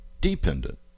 Dependent